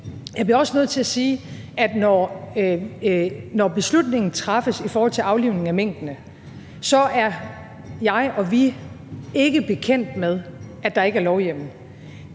Jeg bliver også nødt til at sige, at når beslutningen træffes i forhold til aflivning af minkene, er jeg og vi ikke bekendt med, at der ikke er lovhjemmel.